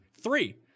Three